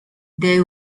they